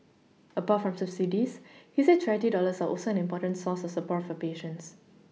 apart from subsidies he said charity dollars are also an important source of support for patients